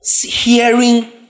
hearing